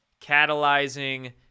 catalyzing